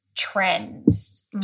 trends